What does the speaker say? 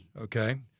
Okay